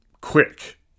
quick